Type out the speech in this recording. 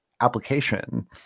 application